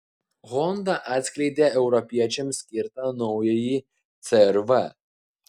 honda atskleidė europiečiams skirtą naująjį cr v